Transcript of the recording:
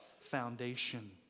foundation